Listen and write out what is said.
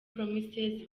promises